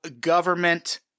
government